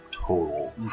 total